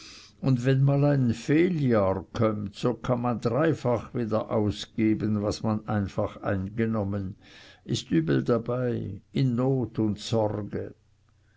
und wenn mal ein fehljahr kömmt so kann man dreifach wie der ausgeben was man einfach eingenommen ist übel dabei in not und sorge